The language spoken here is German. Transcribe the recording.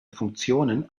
funktionen